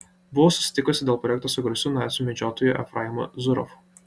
buvau susitikusi dėl projekto su garsiu nacių medžiotoju efraimu zuroffu